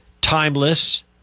timeless